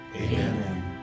Amen